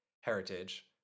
heritage